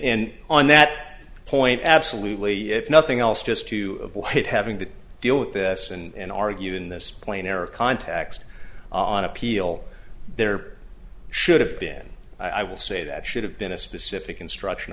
and on that point absolutely if nothing else just to avoid having to deal with this and argue in this plain error context on appeal there should have been i will say that should have been a specific instruction